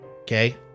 okay